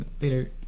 later